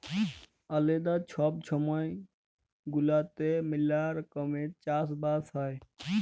আলেদা ছব ছময় গুলাতে ম্যালা রকমের চাষ বাস হ্যয়